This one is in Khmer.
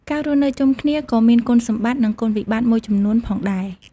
ការរស់នៅជុំគ្នាក៏មានគុណសម្បត្តិនឹងគុណវិបត្តិមួយចំនួនផងដែរ ។